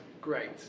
great